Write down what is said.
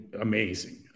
Amazing